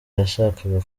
yashakaga